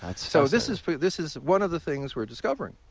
like so this is this is one of the things we're discovering,